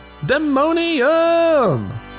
Demonium